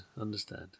Understand